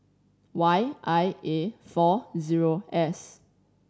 Y I A four zero S